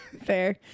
Fair